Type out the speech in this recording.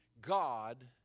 God